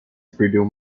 perdeu